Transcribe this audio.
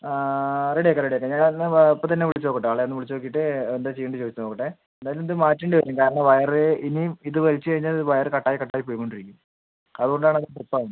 ആ റെഡി ആക്കാം റെഡി ആക്കാം ഞാൻ എന്നാ വാ ഇപ്പത്തന്നെ വിളിച്ച് നോക്കട്ടെ ആളെ ഒന്ന് വിളിച്ച് നോക്കീട്ട് എന്താ ചെയ്യണ്ടേ ചോദിച്ച് നോക്കട്ടെ എന്തായാലും ഇത് മാറ്റേണ്ടി വരും കാരണം വയറ് ഇനിയും ഇത് വലിച്ച് കഴിഞ്ഞാൽ ഇത് വയറ് കട്ട് ആയി കട്ട് ആയി പോയി കൊണ്ട് ഇരിക്കും അതുകൊണ്ട് ആണ് അത് ട്രിപ്പ് ആകുന്നത്